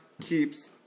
keeps